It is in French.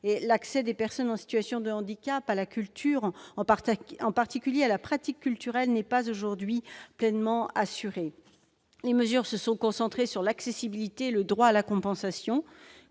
l'accès des personnes en situation de handicap à la culture, en particulier à la pratique culturelle, n'est pas aujourd'hui pleinement assuré. Les mesures se sont concentrées sur l'accessibilité et le droit à la compensation.